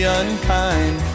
unkind